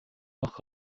noch